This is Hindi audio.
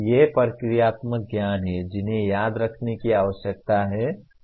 ये प्रक्रियात्मक ज्ञान हैं जिन्हें याद रखने की आवश्यकता है